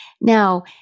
Now